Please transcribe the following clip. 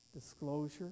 disclosure